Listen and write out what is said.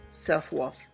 self-worth